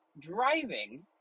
driving